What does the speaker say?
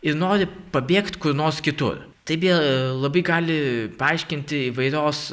ir nori pabėgt kur nors kitur taip jie labai gali paaiškinti įvairios